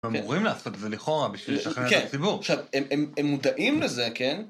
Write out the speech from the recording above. הם אמורים לעשות את זה לכאורה בשביל לשכנע את הציבור עכשיו, הם הם הם מודעים לזה, כן?